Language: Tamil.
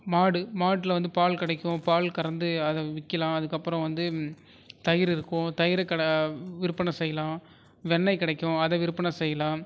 மாடு மாட்டில் வந்து பால் கிடைக்கும் பால் கறந்து அதை விற்கலாம் அதுக்கப்புறம் வந்து தயிர் இருக்கும் தயிரை கட விற்பனை செய்யலாம் வெண்ணை கிடைக்கும் அதை விற்பனை செய்யலாம்